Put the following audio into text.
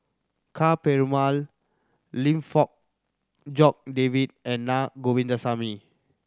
Ka Perumal Lim Fong Jock David and Na Govindasamy